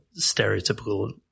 stereotypical